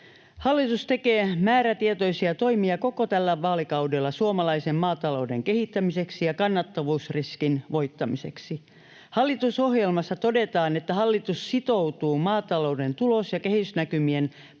Hallitus tekee määrätietoisia toimia koko tällä vaalikaudella suomalaisen maatalouden kehittämiseksi ja kannattavuusriskin voittamiseksi. Hallitusohjelmassa todetaan, että hallitus sitoutuu maatalouden tulos- ja kehitysnäkymien parlamentaarisen